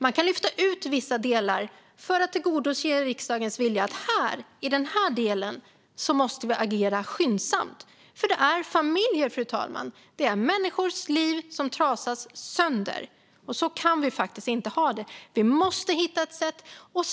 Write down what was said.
Man kan lyfta ut vissa delar för att tillgodose riksdagens vilja om att vi på ett visst område behöver agera skyndsamt. Det handlar om familjer, fru talman. Människors liv trasas sönder. Så kan vi inte ha det. Vi måste hitta ett sätt.